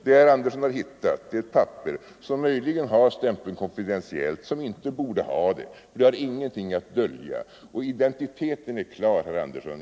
Vad herr Andersson har hittat är ett papper, som möjligen har stämpeln ”Konfidentiellt” men som inte borde ha det, för det har ingenting att dölja. Och identiteten är klar, herr Andersson.